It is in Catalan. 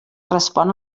respon